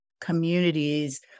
communities